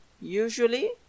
usually